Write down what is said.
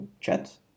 chat